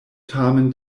tamen